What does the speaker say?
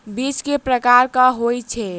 बीज केँ प्रकार कऽ होइ छै?